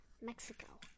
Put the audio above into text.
Mexico